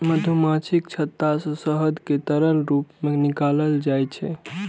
मधुमाछीक छत्ता सं शहद कें तरल रूप मे निकालल जाइ छै